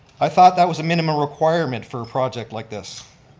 i thought that was a minimum requirement for a project like this.